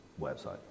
website